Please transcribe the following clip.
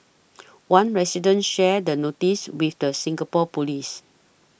one resident shared the notice with the Singapore police